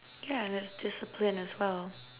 yeah there's discipline as well